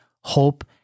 hope